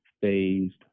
phased